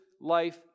life